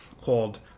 called